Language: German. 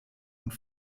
und